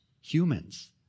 humans